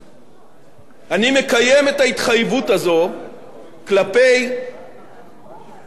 אני מקיים את ההתחייבות הזאת כלפי העולם כולו.